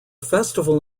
festival